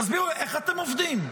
תסבירו לי, איך אתם עובדים?